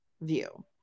view